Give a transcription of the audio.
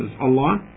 Allah